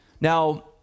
now